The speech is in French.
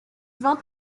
vingt